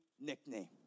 nickname